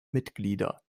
mitglieder